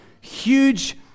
huge